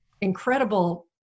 incredible